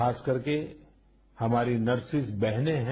खास करके हमारी नर्सेस बहने हैं